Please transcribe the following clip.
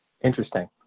Interesting